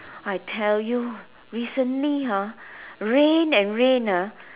I tell you recently ah rain and rain ah